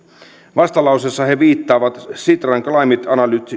vastalauseessa he viittaavat sitran climate